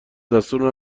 دستور